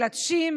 מלטשים,